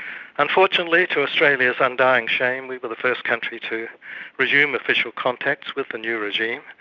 unfortunately, to australia's undying shame, we were the first country to resume official contacts with the new regime.